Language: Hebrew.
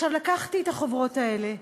לקחתי את החוברות האלה,